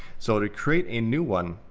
so to create a new one,